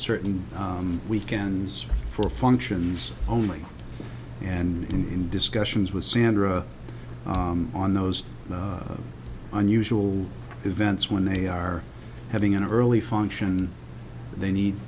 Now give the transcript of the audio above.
certain weekends for functions only and in discussions with sandra on those unusual events when they are having an early function they need